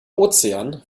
ozean